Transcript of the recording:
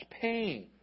pain